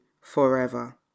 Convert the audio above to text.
forever